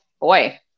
Boy